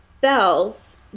bells